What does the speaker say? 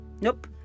nope